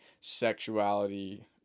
sexuality